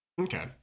Okay